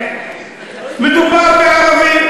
להלל מחבלים,